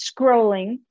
scrolling